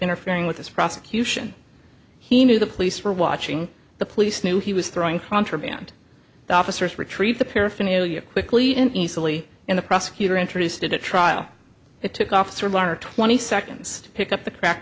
interfering with this prosecution he knew the police were watching the police knew he was throwing contraband the officers retrieved the paraphernalia quickly and easily and the prosecutor introduced it at trial it took off three hundred twenty seconds to pick up the crack